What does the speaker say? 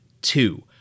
Two